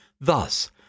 Thus